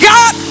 God